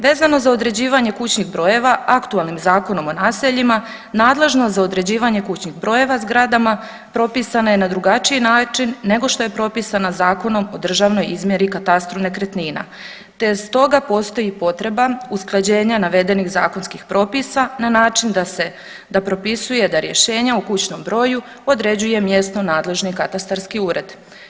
Vezano za određivanje kućnih brojeva aktualnim Zakonom o naseljima nadležnost za određivanje kućnih brojeva zgradama propisana je na drugačiji način nego što je propisana Zakonom o državnoj izmjeri i katastru nekretnina te stoga postoji potreba usklađenja navedenih zakonskih propisa na način da se da propisuje da rješenja o kućnom broju određuje mjesno nadležni katastarski ured.